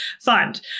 fund